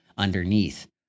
underneath